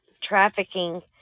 trafficking